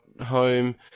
home